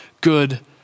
good